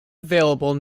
available